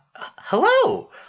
Hello